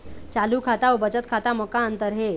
चालू खाता अउ बचत खाता म का अंतर हे?